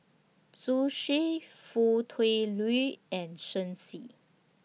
Zhu Xu Foo Tui Liew and Shen Xi